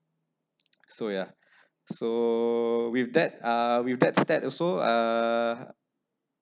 so ya so with that uh with that step also uh